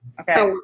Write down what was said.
Okay